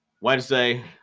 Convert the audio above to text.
wednesday